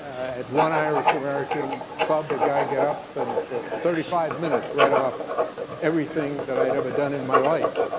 at one irish american club, a guy got up and for thirty five minutes read off everything that i'd ever done in my life.